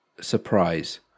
surprise